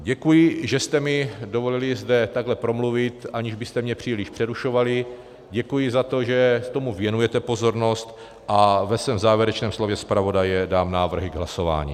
Děkuji, že jste mi dovolili zde takhle promluvit, aniž byste mě příliš přerušovali, děkuji za to, že tomu věnujete pozornost, a ve svém závěrečném slově zpravodaje dám návrhy k hlasování.